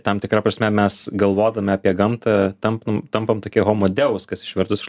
tam tikra prasme mes galvotume apie gamtą tampam tampam tokie homo deus kas išvertus iš